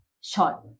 shot